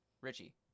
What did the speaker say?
Richie